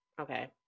okay